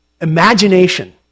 imagination